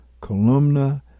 Columna